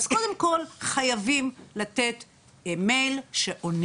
אז קודם כל חייבים לתת מייל שעונים.